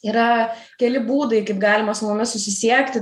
yra keli būdai kaip galima su mumis susisiekti